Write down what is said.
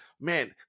Man